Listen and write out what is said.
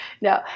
No